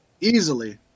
Easily